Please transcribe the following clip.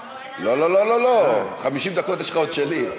לא, לא, לא, 50 דקות, יש לך עוד שלי.